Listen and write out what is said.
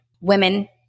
women